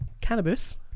cannabis